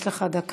יש לך דקה.